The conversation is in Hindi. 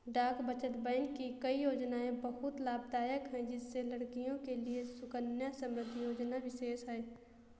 डाक बचत बैंक की कई योजनायें बहुत लाभदायक है जिसमें लड़कियों के लिए सुकन्या समृद्धि योजना विशेष है